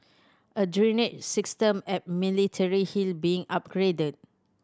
a drainage system at Military Hill being upgraded